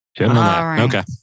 Okay